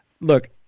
Look